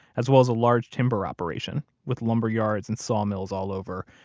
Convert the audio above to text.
as well as a large timber operation, with lumber yards and saw mills all over,